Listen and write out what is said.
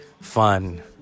fun